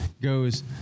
goes